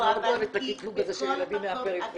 אני מאוד אוהבת את הקטלוג הזה של ילדים מהפריפריה.